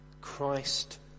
Christ